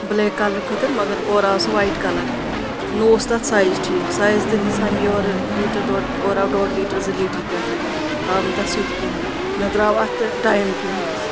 black colour خٲطرٕ مگر اورٕ آو سُہ وایٹ کَلَر تہٕ نہٕ اوس تَتھ سایز ٹھیٖک سایز تہِ دژیاو یورٕ لیٖٹَر ڈۄڈ لی اورٕ آو ڈۄڈ لیٖٹَر زٕ لیٖٹَر کیٚنٛہہ تانۍ آو نہٕ تَتھ سُہ تہِ کِہیٖنۍ نہ درٛاو اَتھ ٹایم کِہیٖنۍ حظ